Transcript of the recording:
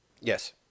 yes